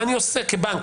מה אני עושה כבנק?